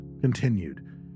continued